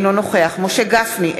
אינו נוכח משה גפני,